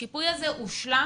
השיפוי הזה הושלם?